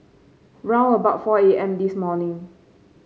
round about four A M this morning